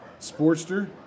Sportster